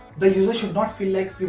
the user should not feel like